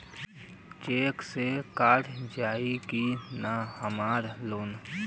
Check से cut जाई की ना हमार लोन?